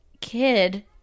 kid